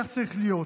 כך צריך להיות.